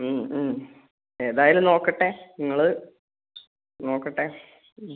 ഉം ഉം ഏതായലും നോക്കട്ടെ നിങ്ങൾ നോക്കട്ടെ ഉം